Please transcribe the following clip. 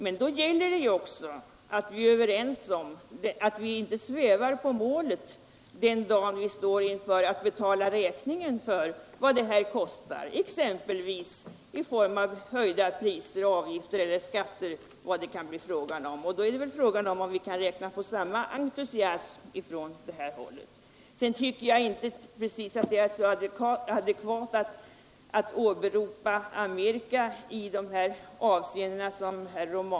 Men då gäller det också att vi inte svävar på målet den dag vi står inför att betala räkningen för vad det kostar exempelvis i form av höjda priser, avgifter, skatter eller vad det kan bli tal om. Då är väl frågan om vi kan räkna på samma entusiasm från det här hållet. Sedan tycker jag inte att det är adekvat att, som herr Romanus har gjort, åberopa Amerika i de här avseendena.